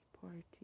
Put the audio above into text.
party